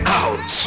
out